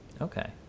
okay